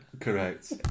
Correct